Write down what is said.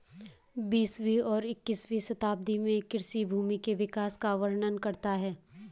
बीसवीं और इक्कीसवीं शताब्दी में कृषि भूमि के विकास का वर्णन करता है